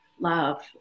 love